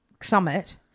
summit